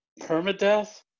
permadeath